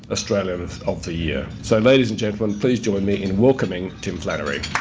australian of of the year. so, ladies and gentlemen please join me in welcoming tim flannery.